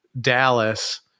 Dallas